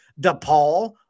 DePaul